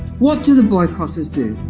what do the boycotters do?